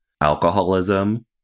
alcoholism